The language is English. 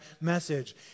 message